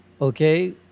okay